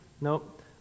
Nope